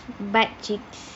butt cheeks